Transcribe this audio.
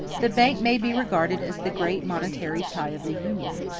the bank may be regarded as the great monetary tie of the union,